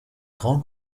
grand